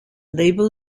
label